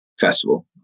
festival